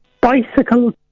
bicycle